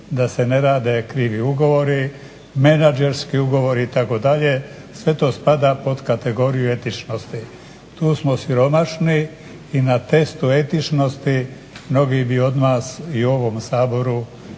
da se ne rade krivi ugovori, menadžerski ugovori itd. sve to spada pod kategoriju etičnosti. Tu smo siromašni i na testu etičnosti mnogi bi od nas i u ovom Saboru